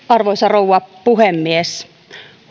arvoisa rouva puhemies